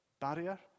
barrier